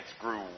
grew